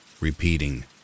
Repeating